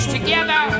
Together